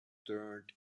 turned